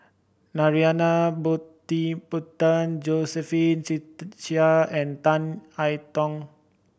Narana Putumaippittan Josephine Chia and Tan I Tong